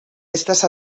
estàs